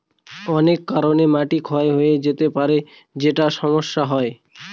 অনেক কারনে মাটি ক্ষয় হয়ে যেতে পারে যেটায় সমস্যা হয়